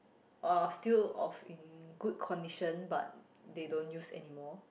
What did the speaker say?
are of still of in good condition but they don't use anymore